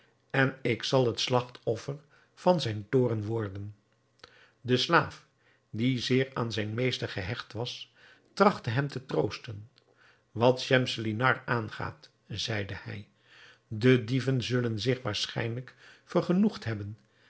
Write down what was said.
en ik zal het slagtoffer van zijn toorn worden de slaaf die zeer aan zijn meester gehecht was trachtte hem te troosten wat schemselnihar aangaat zeide hij de dieven zullen zich waarschijnlijk vergenoegd hebben